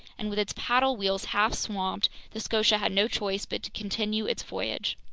and with its paddle wheels half swamped, the scotia had no choice but to continue its voyage.